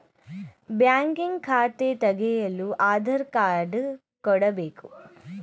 banking ಖಾತೆ ತೆಗೆಯಲು Aadhaar card ಕೊಡಬೇಕು